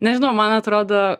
nežinau man atrodo